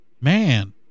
man